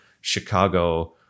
Chicago